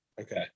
Okay